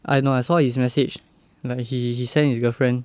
I know I saw his message like he he sent his girlfriend